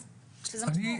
אז יש לזה משמעות.